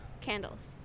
Candles